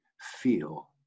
feel